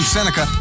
Seneca